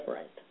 Right